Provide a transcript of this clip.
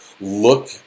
look